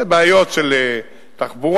זה בעיות של תחבורה,